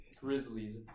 Grizzlies